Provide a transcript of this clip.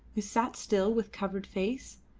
who sat still with covered face.